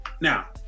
Now